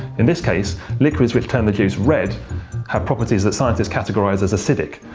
in this case liquids which turn the juice red have properties that scientists categorise as acidic.